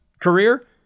career